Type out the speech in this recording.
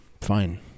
fine